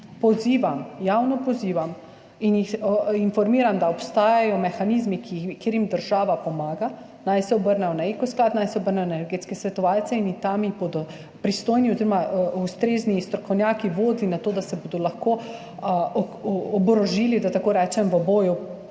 pozivam, javno pozivam in jih informiram, da obstajajo mehanizmi, kjer jim država pomaga, naj se obrnejo na Eko sklad, naj se obrnejo na energetske svetovalce in tam jih bodo pristojni oziroma ustrezni strokovnjaki vodili do tega, da se bodo lahko oborožili, da tako rečem, v boju